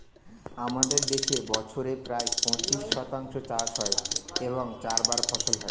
আমাদের দেশে বছরে প্রায় পঁচিশ শতাংশ চাষ হয় এবং চারবার ফসল হয়